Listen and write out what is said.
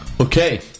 Okay